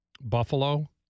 Buffalo